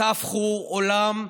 תהפכו עולם,